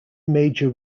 major